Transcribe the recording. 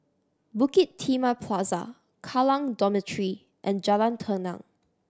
Bukit Timah Plaza Kallang Dormitory and Jalan Tenang